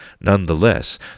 nonetheless